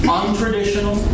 untraditional